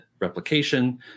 replication